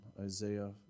Isaiah